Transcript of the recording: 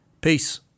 Peace